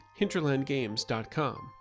hinterlandgames.com